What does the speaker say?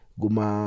guma